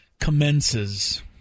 commences